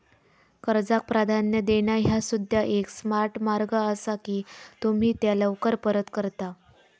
कर्जाक प्राधान्य देणा ह्या सुद्धा एक स्मार्ट मार्ग असा की तुम्ही त्या लवकर परत करता